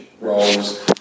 roles